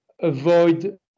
avoid